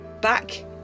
Back